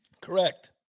Correct